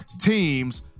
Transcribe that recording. teams